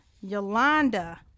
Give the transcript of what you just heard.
Yolanda